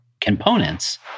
components